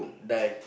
die